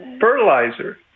fertilizer